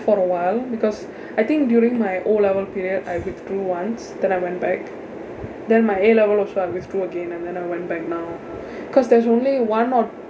for awhile because I think during my O level period I withdrew once that I went back then my A level also I withdrew again and then I went back now because there's only one or